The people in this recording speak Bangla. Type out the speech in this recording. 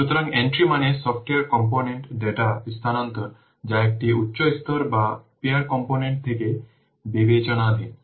সুতরাং এন্ট্রি মানে সফটওয়্যার কম্পোনেন্টে ডেটা স্থানান্তর যা একটি উচ্চ স্তর বা পিয়ার কম্পোনেন্ট থেকে বিবেচনাধীন